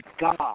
God